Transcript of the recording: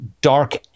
dark